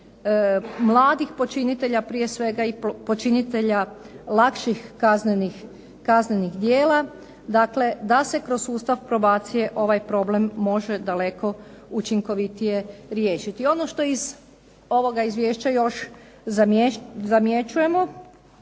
mladih počinitelja prije svega i počinitelja lakših kaznenih djela. Dakle, da se kroz sustav probacije ovaj problem može daleko učinkovitije riješiti. I ono što je iz ovoga izvješća još zamjećujemo